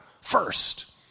first